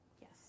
Yes